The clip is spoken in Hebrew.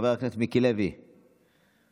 חבר הכנסת מיקי לוי, בבקשה.